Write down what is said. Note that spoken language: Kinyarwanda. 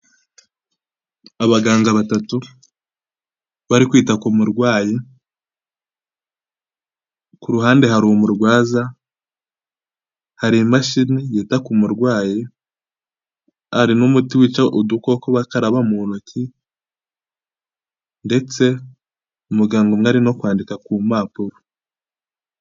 Abaganga batatu bari kwita ku murwayi, ku ruhande hari umurwaza, hari imashini yita murwayi, hari n'umuti wica udukoko bakaraba mu ntoki ndetse umuganga umwe ari no kwandika ku mpapuro.